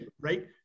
right